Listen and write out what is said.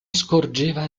scorgeva